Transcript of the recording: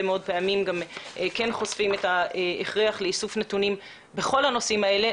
מאוד פעמים חושפים את ההכרח באיסוף נתונים בכל הנושאים האלה,